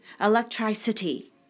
electricity